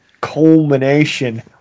culmination